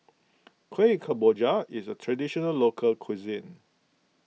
Kueh Kemboja is a Traditional Local Cuisine